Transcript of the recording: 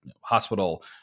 hospital